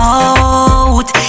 out